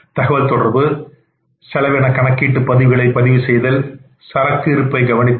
தகவல்தொடர்பு செலவின கணக்கீட்டு பதிவுகளை செய்தல் சரக்கு இருப்பை கவனித்தல்